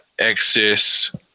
access